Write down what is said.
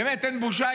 באמת, אין בושה.